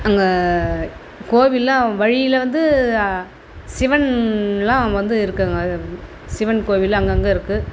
அங்கே கோவிலில் வழியில் வந்து சிவன்லாம் வந்து இருக்கிறது சிவன் கோவில் அங்கங்கே இருக்குது